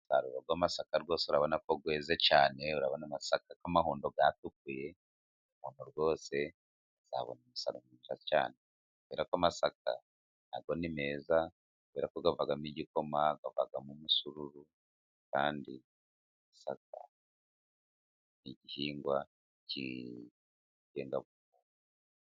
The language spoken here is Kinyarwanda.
Umusaruro w'amasaka rwose urabona ko yeze cyane ,urabona amasaka amahundo yatukuye umuntu rwose azabona umusaruro cyane ko amasaka ni meza yakugamo igikoma avamo umusururu kandisa ni igihingwa cy'ingengabukungu.